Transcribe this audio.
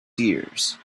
seers